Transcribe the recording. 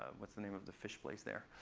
what's the name of the fish place there?